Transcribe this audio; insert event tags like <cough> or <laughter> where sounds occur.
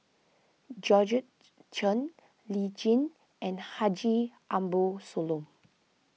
Georgette <noise> Chen Lee Tjin and Haji Ambo Sooloh